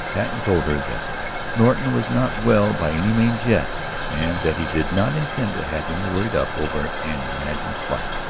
patten told her that norton was not well by any means yet and that he did not intend to have him worried up over an imagined slight.